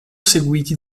seguiti